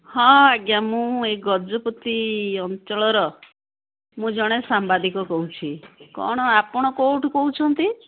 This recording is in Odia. ହଁ ଆଜ୍ଞା ମୁଁ ଏଇ ଗଜପତି ଅଞ୍ଚଳର ମୁଁ ଜଣେ ସାମ୍ବାଦିକ କହୁଛି କ'ଣ ଆପଣ କେଉଁଠୁ କହୁଛନ୍ତି